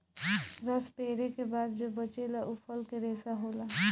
रस पेरे के बाद जो बचेला उ फल के रेशा होला